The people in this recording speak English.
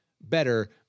better